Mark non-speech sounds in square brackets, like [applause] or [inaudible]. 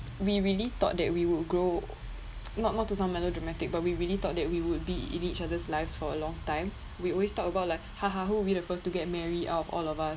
we really thought that we would grow not not to sound melodramatic but we really thought that we would be in each other's lives for a long time we always talk about like [noise] who would be the first to get married out of all of us